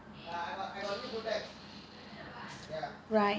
right